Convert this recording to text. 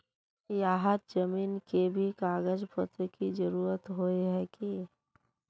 यहात जमीन के भी कागज पत्र की जरूरत होय है की?